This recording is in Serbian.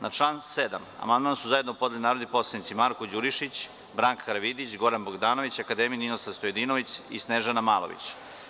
Na član 7. amandman su zajedno podneli narodni poslanici Marko Đurišić, Branka Karavidić, Goran Bogdanović, akademik Ninoslav Stojadinović i Snežana Malović.